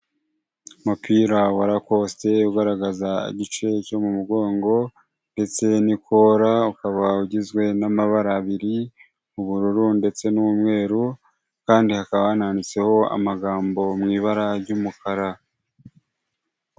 Umupira wa rakositi ugaragaza igice cyo mu mugongo ndetse nikora ukaba ugizwe n'amabara abiri ubururu ndetse n'umweru kandi hakaba hananditseho amagambo mu ibara ry'umukara.